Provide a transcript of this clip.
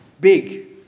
big